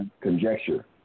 conjecture